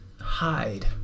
hide